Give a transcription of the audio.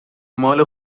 مال